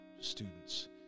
students